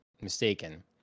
mistaken